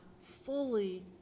fully